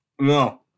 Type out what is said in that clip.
No